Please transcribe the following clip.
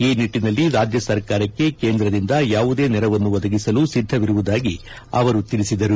ಈ ನಿಟ್ಲನಲ್ಲಿ ರಾಜ್ಯ ಸರ್ಕಾರಕ್ಷೆ ಕೇಂದ್ರದಿಂದ ಯಾವುದೇ ನೆರವನ್ನು ಒದಗಿಸಲು ಸಿದ್ದವಿರುವುದಾಗಿ ಅವರು ಹೇಳಿದರು